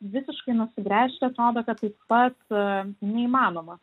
visiškai nusigręžti atrodo kad taip pat neįmanoma